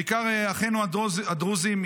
בעיקר אחינו הדרוזים,